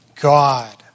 God